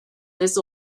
this